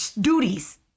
duties